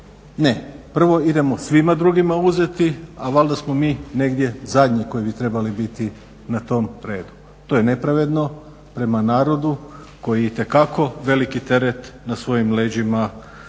Ne, prvo idemo svima drugima uzeti ali valjda smo mi negdje zadnji koji bi trebali biti na tom redu. To je nepravedno prema narodu koji itekako veliki teret na svojim leđima ponesao,